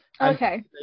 Okay